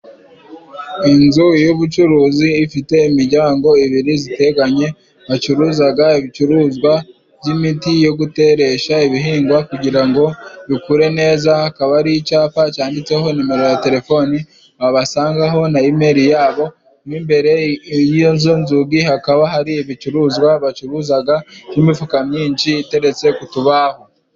Inzu y'ubucuruzi ifite imijyango ibiri ziteganye bacuruzaga ibicuruzwa by'imiti yo guteresha ibihingwa kugira ngo bikure neza, hakaba hari icapa canditseho nimero ya telefoni wabasangaho na imeri yabo ,mo imbere y'iyozu nzugi hakaba hari ibicuruzwa bacuruzaga by'imifuka myinshi iteretse ku tubaho.